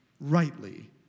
rightly